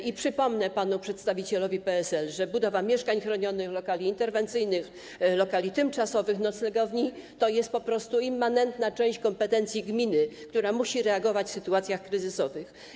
I przypomnę panu przedstawicielowi PSL, że budowa mieszkań chronionych, lokali interwencyjnych, lokali tymczasowych, noclegowni to jest po prostu immanentna część kompetencji gminy, która musi reagować w sytuacjach kryzysowych.